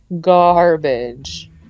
Garbage